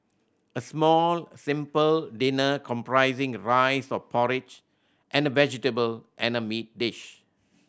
a small simple dinner comprising rice or porridge and vegetable and meat dish